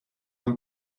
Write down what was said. een